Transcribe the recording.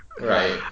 Right